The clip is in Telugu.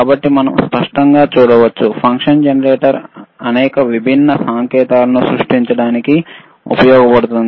కాబట్టి మనం స్పష్టంగా చూడవచ్చు ఫంక్షన్ జెనరేటర్ అనేక విభిన్న సంకేతాలను సృష్టించడానికి ఉపయోగించబడుతుంది